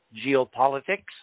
geopolitics